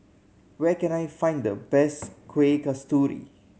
where can I find the best Kueh Kasturi